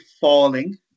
falling